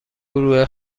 گروه